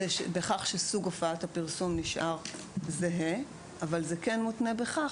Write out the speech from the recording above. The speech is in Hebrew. סוג הפרסום נשאר זהה אבל זה מותנה בכך